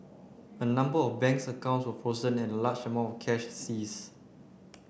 a number of banks accounts were frozen and a large amount cash seized